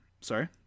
Sorry